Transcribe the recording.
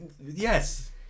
yes